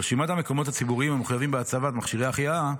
ברשימת המקומות הציבוריים המחויבים בהצבת מכשירי החייאה,